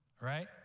Right